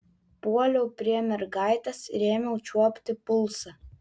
puoliau prie mergaitės ir ėmiau čiuopti pulsą